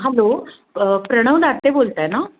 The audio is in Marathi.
हलो प्रणव दाते बोलताय ना